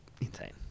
insane